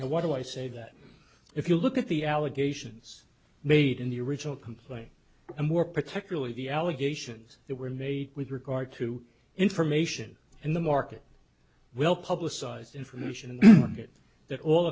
and why do i say that if you look at the allegations made in the original complaint and more particularly the allegations that were made with regard to information and the market will publicize information and get that all